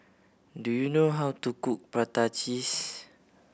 do you know how to cook prata cheese